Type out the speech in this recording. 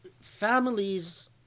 families